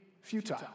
futile